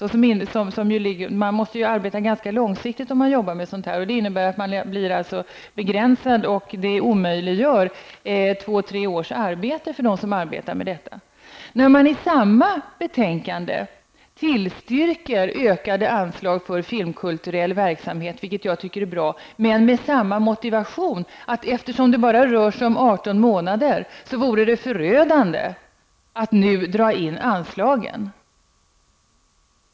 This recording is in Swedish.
Eftersom det är nödvändigt att arbeta ganska långsiktigt med sådana här projekt, innebär detta begränsningar för dem som är verkamma inom området och att två--tre års arbete omöjliggörs. I samma betänkande tillstyrks en ökning av anslagen för filmkulturell verksamhet -- vilket jag tycker är bra -- men med samma motivering, dvs. att eftersom det bara rör sig om 18 månader, vore det förödande att nu dra in anslagen.